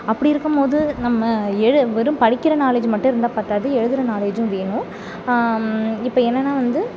அப்படி இருக்கும் போது நம்ம எழு வெறும் படிக்கிற நாலேஜ் மட்டும் இருந்தால் பத்தாது எழுதுற நாலேஜும் வேணும் இப்போ என்னன்னால் வந்து